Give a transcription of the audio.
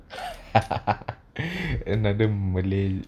another malay